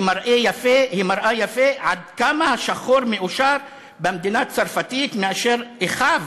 היא מראה יפה עד כמה השחור מאושר במדינה צרפתית מאשר אחיו